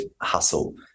Hustle